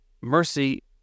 mercy